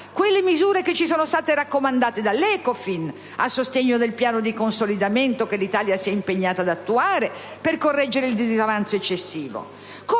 le misure che ci sono state raccomandate dall'ECOFIN a sostegno del piano di consolidamento che l'Italia si è impegnata ad attuare per correggere il disavanzo eccessivo.